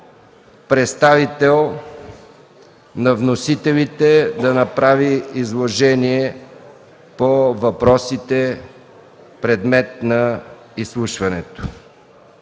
представител на вносителите да направи изложение по въпросите, предмет на изслушването.